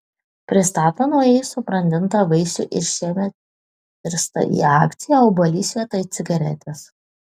pristato naujai subrandintą vaisių ir šiemet virsta į akciją obuolys vietoj cigaretės